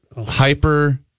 Hyper